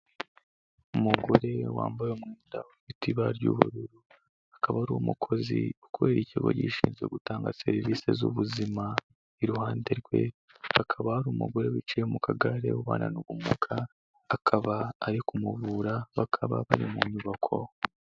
Umugore wambaye umwenda ufite ibara ry'ubururu, akaba ari umukozi ukorera ikigo gishinzwe gutanga serivise z'ubuzima, iruhande rwe hakaba hari umugore wicaye mu kagare ubana n'ubumuga, akaba ari kumuvura bakaba bari mu nyubako.